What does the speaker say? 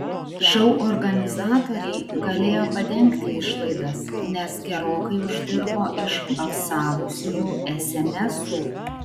šou organizatoriai galėjo padengti išlaidas nes gerokai uždirbo iš balsavusiųjų esemesų